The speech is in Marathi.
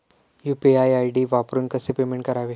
यु.पी.आय आय.डी वापरून कसे पेमेंट करावे?